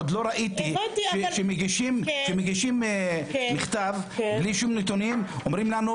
עוד לא ראיתי שמגישים מכתב בלי שום נתונים ואומרים לנו,